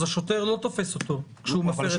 אז השוטר לא תופס אותו כשהוא מפר את הבידוד.